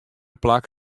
plak